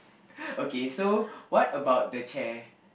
okay so what about the chair